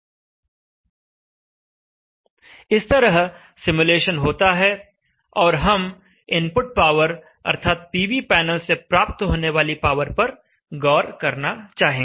इस तरह सिमुलेशन होता है और हम इनपुट पावर अर्थात पीवी पैनल से प्राप्त होने वाली पावर पर गौर करना चाहेंगे